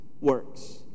works